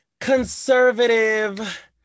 conservative